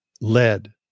lead